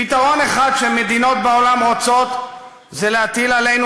פתרון אחד שמדינות בעולם רוצות זה להטיל עלינו